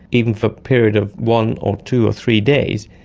even for a period of one or two or three days,